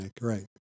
right